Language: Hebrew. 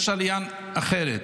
יש עלייה אחרת,